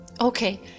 okay